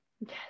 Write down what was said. Yes